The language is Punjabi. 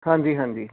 ਹਾਂਜੀ ਹਾਂਜੀ